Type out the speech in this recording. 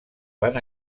van